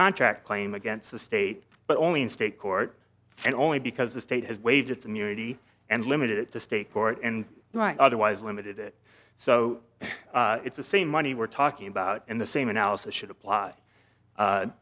contract claim against the state but only in state court and only because the state has waged immunity and limited it to state court and otherwise limited it so it's the same money we're talking about in the same analysis should apply